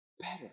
better